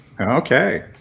Okay